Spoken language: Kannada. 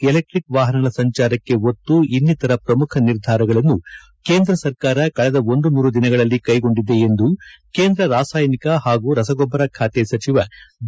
ಎಲೆಕ್ಟಿಕ್ ವಾಹನಗಳ ಸಂಚಾರಕ್ಕೆ ಒತ್ತು ಇನ್ನಿತರ ಪ್ರಮುಖ ನಿರ್ಧಾರಗಳನ್ನು ಕೇಂದ್ರ ಸರ್ಕಾರ ಕಳೆದ ಒಂದು ನೂರು ದಿನಗಳಲ್ಲಿ ಕೈಗೊಂಡಿದೆ ಎಂದು ಕೇಂದ್ರ ರಾಸಾಯನಿಕ ಹಾಗೂ ರಸಗೊಬ್ಬರ ಖಾತೆ ಸಚಿವ ಡಿ